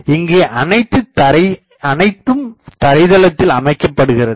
இங்கே அனைத்தும் தரைதளத்தில் அமைக்கப்படுகிறது